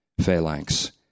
phalanx